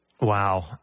Wow